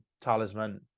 talisman